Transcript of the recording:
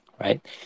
right